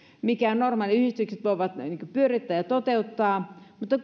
minkä normaaliyhdistykset voivat pyörittää ja toteuttaa mutta